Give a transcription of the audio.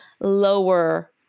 lower